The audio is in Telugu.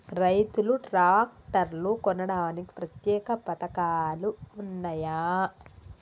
రైతులు ట్రాక్టర్లు కొనడానికి ప్రత్యేక పథకాలు ఉన్నయా?